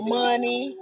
money